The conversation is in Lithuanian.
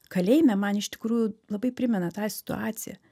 kalėjime man iš tikrųjų labai primena tą situaciją